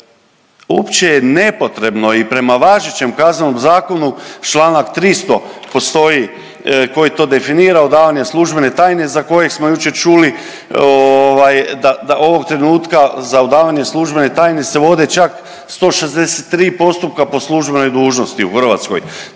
uopće je nepotrebno i prema važećem Kaznenom zakonu, članak 300. postoji koji to definira, odavanje službene tajne za kojeg smo jučer čuli da ovog trenutka za odavanje službene tajne se vode čak 163 postupka po službenoj dužnosti u Hrvatskoj.